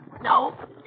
No